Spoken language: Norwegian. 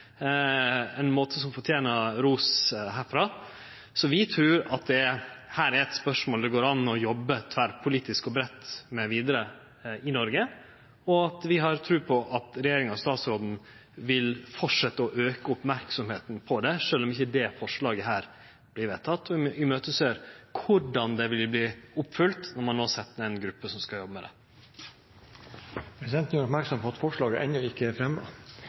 ein måte som fortener ros herfra. Så vi trur at dette er eit spørsmål det går an å jobbe tverrpolitisk og breitt med vidare i Noreg, og vi har tru på at regjeringa og statsråden vil fortsetje å auke merksemda på dette. Sjølv om ikkje dette forslaget vert vedteke, ser vi fram til korleis det vil verte følgt opp når ein no har sett ned ei gruppe som skal jobbe med det. Presidenten gjør oppmerksom på at forslaget